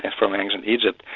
and from ancient egypt.